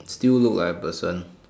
still look like a person